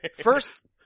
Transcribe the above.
first